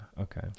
Okay